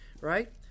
right